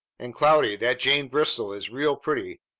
and, cloudy, that jane bristol is real pretty.